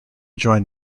join